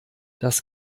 das